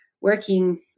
working